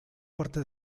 parte